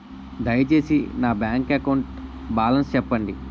దయచేసి నా bank account balance చెప్పండి